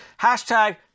Hashtag